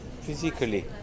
Physically